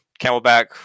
Camelback